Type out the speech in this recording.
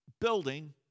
building